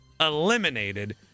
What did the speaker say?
eliminated